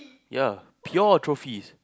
ya pure trophies